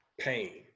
pain